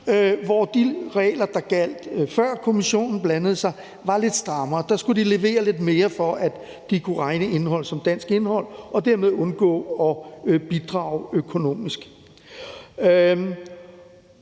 De regler, der gjaldt, før Kommissionen blandede sig, var derimod lidt strammere. Der skulle de levere lidt mere, for at de kunne regne indhold som dansk indhold og dermed undgå at bidrage økonomisk.